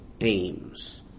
aims